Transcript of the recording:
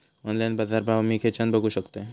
Online बाजारभाव मी खेच्यान बघू शकतय?